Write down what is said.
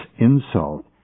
insult